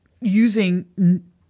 using